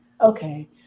Okay